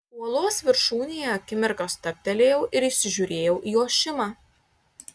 uolos viršūnėje akimirką stabtelėjau ir įsižiūrėjau į ošimą